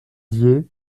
dié